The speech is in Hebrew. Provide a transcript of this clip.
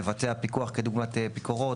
לבצע פיקוח כדוגמת ביקורות,